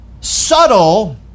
subtle